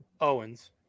Owens